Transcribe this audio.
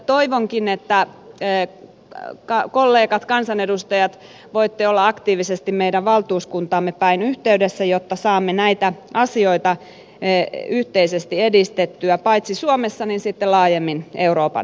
toivonkin että kollegat kansanedustajat voitte olla aktiivisesti meidän valtuuskuntaamme päin yhteydessä jotta saamme näitä asioita yhteisesti edistettyä paitsi suomessa myös sitten laajemmin euroopan alueella